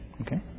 okay